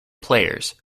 players